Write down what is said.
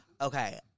okay